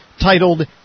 titled